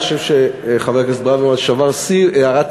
אני חושב שחבר הכנסת ברוורמן שבר שיא: קריאת